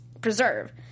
preserve